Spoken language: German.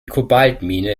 kobaltmine